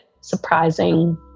surprising